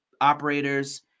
operators